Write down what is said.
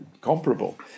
comparable